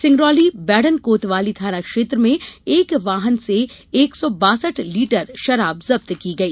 सिंगरौली बैढ़न कोतवाली थाना क्षेत्र मेँ एक वाहन से एक सौ बासठ लीटर शराब जब्त की गई